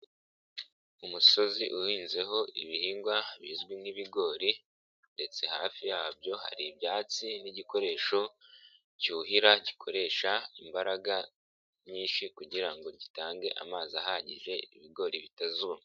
Umusozi uhinzeho ibihingwa bizwi nk'ibigori ndetse hafi yabyo hari ibyatsi n'igikoresho cyuhira, gikoresha imbaraga nyinshi kugira ngo gitange amazi ahagije ibigori bitazuma.